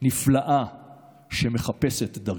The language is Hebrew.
נפלאה שמחפשת את דרכה.